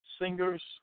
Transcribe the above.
singers